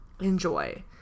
enjoy